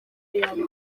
yaba